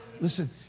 Listen